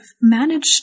managed